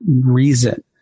reason